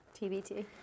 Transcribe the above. TBT